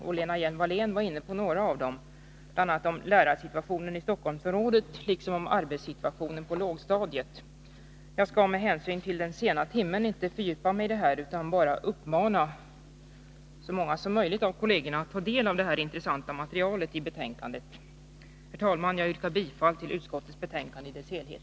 Lena Hjelm-Wallén var inne på några av dem, bl.a. lärarsituationen i Stocksholmsområdet liksom arbetssituationen på lågstadiet. Jag skall med hänsyn till den sena timmen inte fördjupa mig i det nu utan bara uppmana så många som möjligt av kollegerna att ta del av det här intressanta materialet i betänkandet. Herr talman! Jag yrkar bifall till utskottets hemställan i dess helhet.